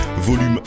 volume